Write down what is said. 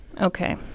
Okay